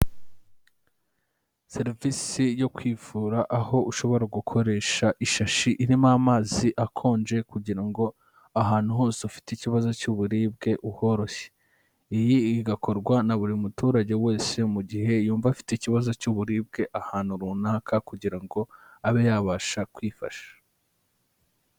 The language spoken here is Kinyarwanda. Serivisi yo kwivura aho ushobora gukoresha ishashi irimo amazi akonje kugira ngo ahantu hose ufite ikibazo cy'uburibwe uhoroshye, iyi igakorwa na buri muturage wese mu gihe yumva afite ikibazo cy'uburibwe ahantu runaka kugira ngo abe yabasha kwifasha.